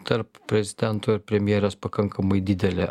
tarp prezidento ir premjerės pakankamai didelė